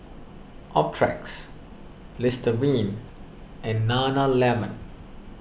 Optrex Listerine and Nana Lemon